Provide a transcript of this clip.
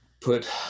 put